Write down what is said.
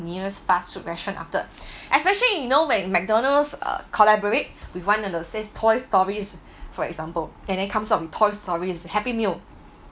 nearest fast food restaurant after especially you know when McDonald's uh collaborate with one of those says toy stories for example then it comes out with toy story is a happy meal